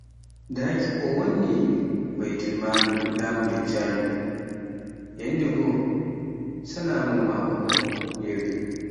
Daaki o wonni baitul mali laamu Dajjalu, yanndegoo, sanamu maako yewi.